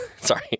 Sorry